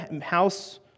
house